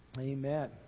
Amen